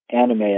anime